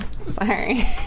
Sorry